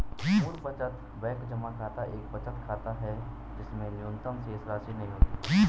मूल बचत बैंक जमा खाता एक बचत खाता है जिसमें न्यूनतम शेषराशि नहीं होती है